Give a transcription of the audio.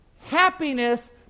happiness